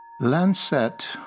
Lancet